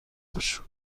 بشو